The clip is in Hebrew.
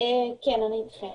מכן נפנה